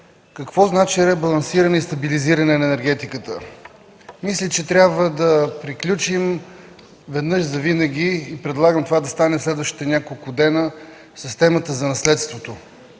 какво значи ребалансиране и стабилизиране на енергетиката? Мисля, че трябва да приключим веднъж завинаги, предлагам това да стане в следващите няколко дни, с темата за наследството,